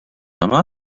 yma